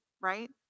Right